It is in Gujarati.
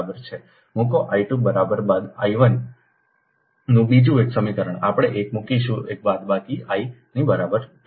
મૂકો I 2 બરાબર બાદ 1 I નું બીજું એક સમીકરણ આપણે 1 મૂકીશું I બાદબાકી I ની બરાબર 2